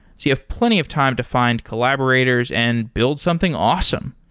so you have plenty of time to find collaborators and build something awesome.